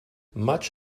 much